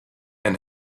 and